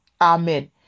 amen